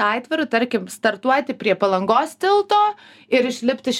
aitvaru tarkim startuoti prie palangos tilto ir išlipt iš